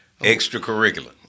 Extracurricular